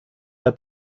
der